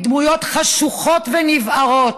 מדמויות חשוכות ונבערות,